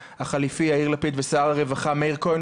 החליפי יאיר לפיד ושר הרווחה מאיר כהן,